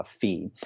fee